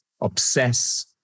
obsess